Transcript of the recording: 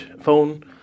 phone